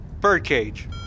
Birdcage